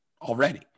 already